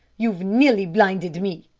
you've nearly blinded me,